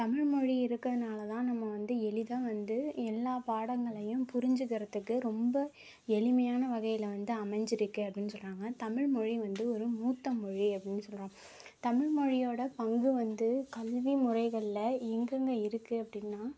தமிழ்மொழி இருக்கிறதுனால தான் வந்து எளிதாக வந்து எல்லா பாடங்களையும் புரிஞ்சிக்கிறத்துக்கு ரொம்ப எளிமையான வகையில் வந்து அமைஞ்சிருக்கு அப்படின்னு சொல்கிறாங்க தமிழ்மொழி வந்து ஒரு மூத்த மொழி அப்படின்னு சொல்கிறாங்க தமிழ்மொழியோடய பங்கு வந்து கல்வி முறைகளில் எங்கெங்கே இருக்குது அப்படின்னா